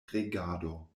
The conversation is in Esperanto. regado